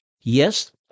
yes